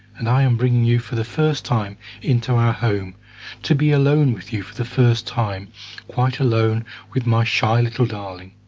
and i am bringing you for the first time into our home to be alone with you for the first time quite alone with my shy little darling!